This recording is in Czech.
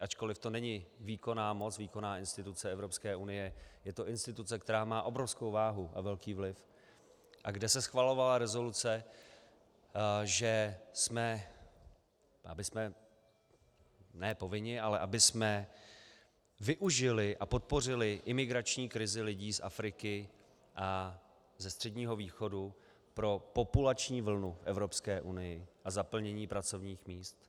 Ačkoliv to není výkonná moc, výkonná instituce Evropské unie, je to instituce, která má obrovskou váhu a velký vliv, a kde se schvalovala rezoluce, že jsme ne povinni, ale abychom využili a podpořili imigrační krizi lidí z Afriky a ze Středního východu pro populační vlnu v Evropské unii a zaplnění pracovních míst.